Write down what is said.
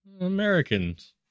Americans